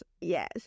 Yes